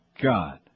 God